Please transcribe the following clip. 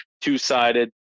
two-sided